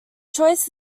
choice